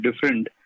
different